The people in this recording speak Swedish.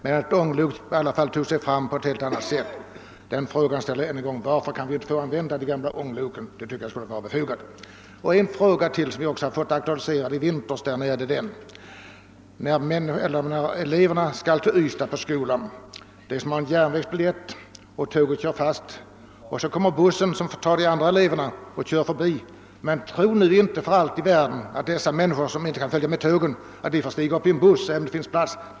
Ett ånglok tar sig fram på ett helt annat sätt. Jag upprepar frågan: Varför kan man inte använda de gamla ångloken? Jag tycker det vore mycket befogat att sätta in ånglok. Ytterligare ett spörsmål i sammanhanget har aktualiserats i vinter. När eleverna skall bege sig till skolan i Ystad löser de järnvägsbiljett. Så kör tåget fast, men en buss med andra elever kommer körande förbi. Tro då inte att de elever som åkt med tåget får stiga upp i bussen, även om det finns plats!